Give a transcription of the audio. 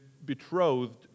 betrothed